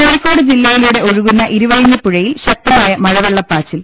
കോഴിക്കോട് ജില്ലയിലൂടെ ഒഴുകുന്ന ഇരുവഴിഞ്ഞി പ്പുഴയിൽ ശക്തമായ മലവെള്ളപ്പാച്ചിൽ